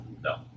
no